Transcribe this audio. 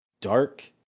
dark